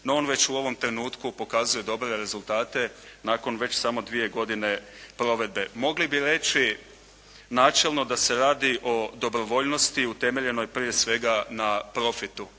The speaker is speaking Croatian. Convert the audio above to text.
No, on već u ovom trenutku pokazuje dobre rezultate nakon već samo dvije godine provedbe. Mogli bi reći načelno da se radi o dobrovoljnosti utemeljenoj prije svega na profitu.